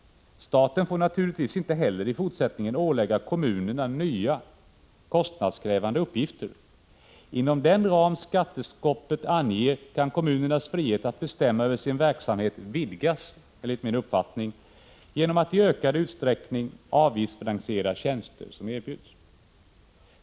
Staten får naturligtvis inte heller i fortsättningen ålägga kommunerna nya kostnadskrävande uppgifter. Inom den ram skattestoppet anger kan enligt min uppfattning kommunernas frihet att bestämma över sin verksamhet vidgas genom att man i ökad utsträckning avgiftsfinansierar tjänster som kommunerna erbjuder.